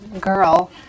girl